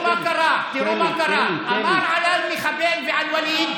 תראו מה קרה: אמר עליי מחבל ועל ווליד,